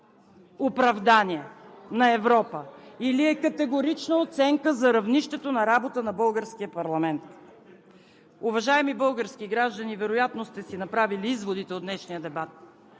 оправдание на Европа или е категорична оценка за равнището на работа на българския парламент? Уважаеми български граждани, вероятно сте си направили изводите от днешния дебат.